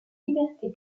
liberté